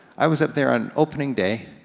i was up there on opening day,